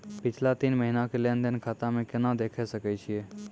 पिछला तीन महिना के लेंन देंन खाता मे केना देखे सकय छियै?